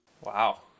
Wow